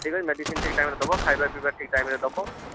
ଠିକ୍ ଅଛି ମେଡ଼ିସିନ ଠିକ୍ ଟାଇମ୍ର ଦେବ ଖାଇବା ପିଇବା ଠିକ୍ ଟାଇମ୍ରେ ଦେବ